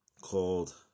called